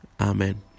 Amen